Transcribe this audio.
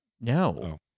No